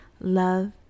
love